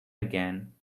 again